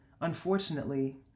unfortunately